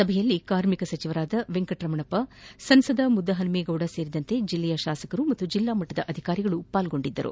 ಸಭೆಯಲ್ಲಿ ಕಾರ್ಮಿಕ ಸಚಿವರಾದ ವೆಂಕಟರಮಣಪ್ಪ ಸಂಸದ ಮುದ್ದಹನುಮೇಗೌಡ ಸೇರಿದಂತೆ ಜಿಲ್ಲೆಯ ಶಾಸಕರು ಹಾಗೂ ಜಿಲ್ಲಾ ಮಟ್ಟದ ಅಧಿಕಾರಿಗಳು ಭಾಗವಹಿಸಿದ್ದರು